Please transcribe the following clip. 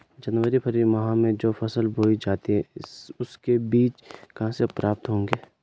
जनवरी फरवरी माह में जो फसल बोई जाती है उसके बीज कहाँ से प्राप्त होंगे?